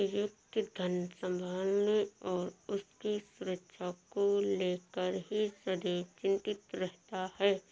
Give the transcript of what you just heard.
व्यक्ति धन संभालने और उसकी सुरक्षा को लेकर ही सदैव चिंतित रहता है